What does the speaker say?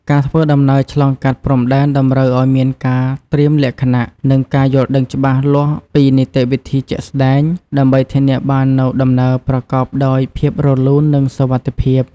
ការធ្វើដំណើរឆ្លងកាត់ព្រំដែនតម្រូវឱ្យមានការត្រៀមលក្ខណៈនិងការយល់ដឹងច្បាស់លាស់ពីនីតិវិធីជាក់ស្តែង ដើម្បីធានាបាននូវដំណើរប្រកបដោយភាពរលូននិងសុវត្ថិភាព។